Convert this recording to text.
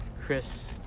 Chris